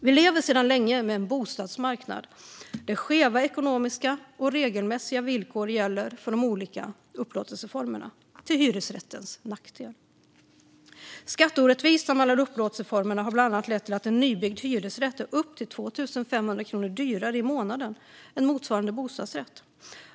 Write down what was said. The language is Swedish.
Vi lever sedan länge med en bostadsmarknad där skeva ekonomiska och regelmässiga villkor gäller för de olika upplåtelseformerna, till hyresrättens nackdel. Skatteorättvisan mellan upplåtelseformerna har bland annat lett till att en nybyggd hyresrätt är upp till 2 500 kronor dyrare i månaden än motsvarande bostadsrätt.